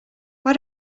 why